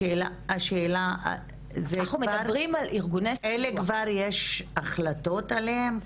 השאלה, חלק כבר יש החלטות עליהם?